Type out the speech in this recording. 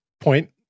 point